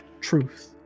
truth